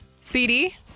CD